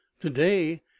Today